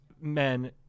men